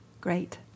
great